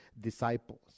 disciples